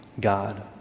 God